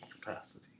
capacity